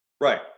Right